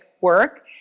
work